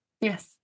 Yes